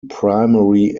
primary